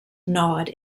gnawed